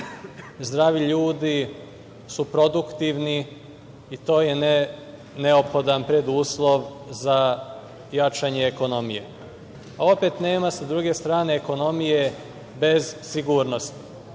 zdravi ljudi su produktivni i to je neophodan preduslov za jačanje ekonomije, a opet, s druge strane, nema ekonomije bez sigurnosti.